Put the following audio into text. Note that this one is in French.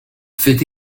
fait